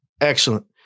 Excellent